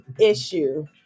issue